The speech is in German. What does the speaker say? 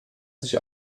sich